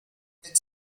its